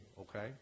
okay